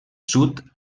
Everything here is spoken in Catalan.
sud